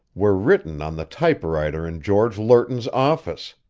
were written on the typewriter in george lerton's office!